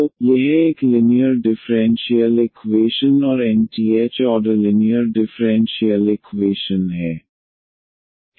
तो यह एक लिनीयर डिफ़्रेंशियल इकवेशन और nth order linear differential equation है